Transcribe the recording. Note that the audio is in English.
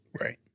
Right